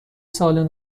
سال